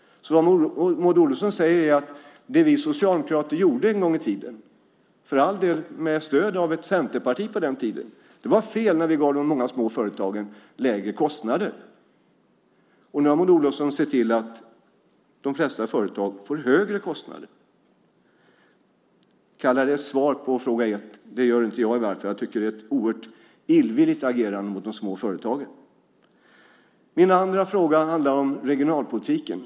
Vad Maud Olofsson säger är att det vi socialdemokrater gjorde en gång i tiden - för all del med stöd av ett centerparti på den tiden - var fel, när vi gav de många små företagen lägre kostnader. Nu har Maud Olofsson sett till att de flesta företag får högre kostnader. Kalla det svar på fråga 1 - det gör inte jag. Jag tycker att det är ett oerhört illvilligt agerande mot de små företagen. Min andra fråga handlade om regionalpolitiken.